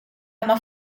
uma